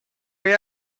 way